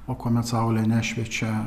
o kuomet saulė nešviečia